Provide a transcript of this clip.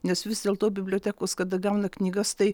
nes vis dėlto bibliotekos kada gauna knygas tai